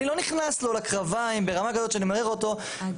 אני לא נכנס לו לקרביים ברמה כזאת שאני מכריח אותו לבדוק